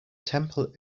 temple